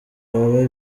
baba